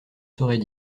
saurais